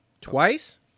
Twice